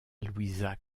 louisa